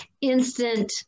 instant